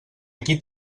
aquí